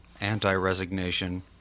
anti-resignation